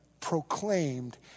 proclaimed